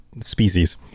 species